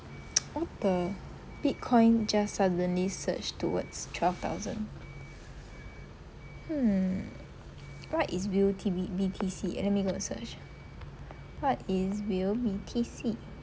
what the Bitcoin just suddenly surged towards twelve thousand mm what is whale T B B_T_C let me go search what is whale B_T_C